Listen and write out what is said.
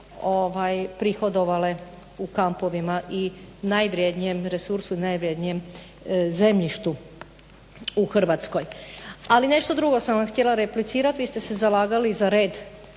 prihodovale u kampovima i najvrjednijem resursu i najvrjednijem zemljištu u Hrvatskoj. Ali nešto drugo sam vam htjela replicirati. Vi ste se zalagali za red